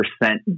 percent